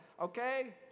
okay